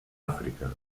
àfrica